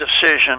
decision